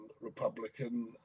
Republican